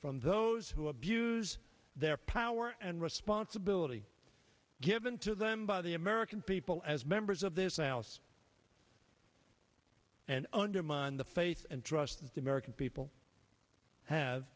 from those who abuse their power and responsibility given to them by the american people as members of this alice and undermine the faith and trust that the american people have